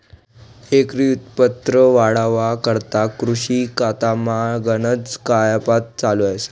एकरी उत्पन्न वाढावा करता कृषी खातामा गनज कायपात चालू शे